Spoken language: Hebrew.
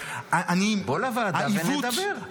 בוא לוועדה ונדבר.